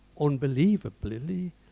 unbelievably